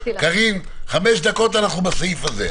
קארין, חמש דקות אנחנו בסעיף הזה.